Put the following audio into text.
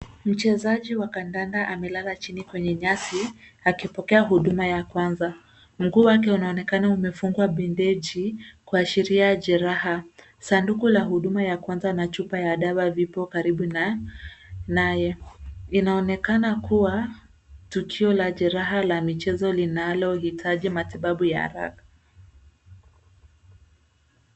Mchezaji wa kandanda amelala chini kwenye nyasi akipokea huduma ya kwanza. Mguu wake unaonekana umefungwa bendeji kuashiria jeraha. Sanduku ya huduma ya kwanza na chupa ya dawa vipo karibu naye. Inaonekana kuwa tukio la jeraha la michezo linalo hitaji matibabu ya haraka.